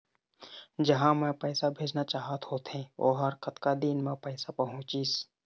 जहां मैं पैसा भेजना चाहत होथे ओहर कतका दिन मा पैसा पहुंचिस?